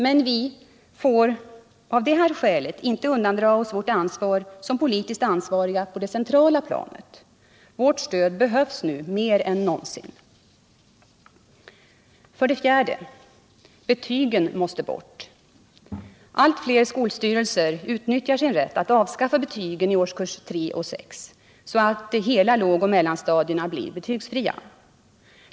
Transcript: Men vi får av detta skäl inte undandra oss vår roll som politiskt ansvariga på det centrala planet. Vårt stöd behövs nu mer än någonsin. 4. Betygen måste bort! Allt fler skolstyrelser utnyttjar sin rätt att avskaffa betygen i årskurserna 3 och 6 så att hela lågoch mellanstadierna blir betygsfria.